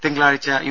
തിങ്കളാഴ്ച യു